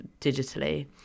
digitally